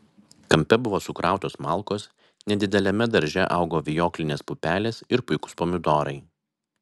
kampe buvo sukrautos malkos nedideliame darže augo vijoklinės pupelės ir puikūs pomidorai